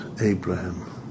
Abraham